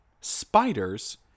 spiders